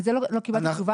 על זה לא קיבלתי תשובה.